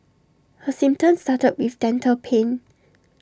her symptoms started with dental pain